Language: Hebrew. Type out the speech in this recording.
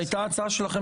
הייתה הצעה שלכם